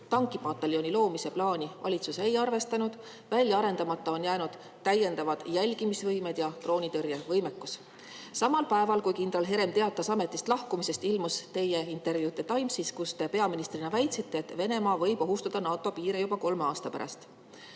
tankipataljoni loomise plaani ei ole valitsus arvestanud, välja arendamata on jäänud täiendavad jälgimisvõimekused ja droonitõrjevõimekus. Samal päeval, kui kindral Herem teatas ametist lahkumisest, ilmus teie intervjuu The Timesis, kus te peaministrina väitsite, et Venemaa võib ohustada NATO piire juba kolme aasta pärast.